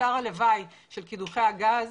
תוצר הלוואי של קידוחי הגז,